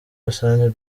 rusange